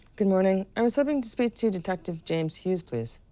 good morning. i was hoping to speak to detective james hughes, please.